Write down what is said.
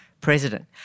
President